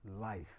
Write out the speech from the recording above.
life